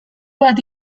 bat